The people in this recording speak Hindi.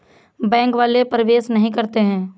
बैंक वाले प्रवेश नहीं करते हैं?